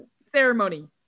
ceremony